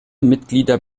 mitglieder